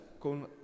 con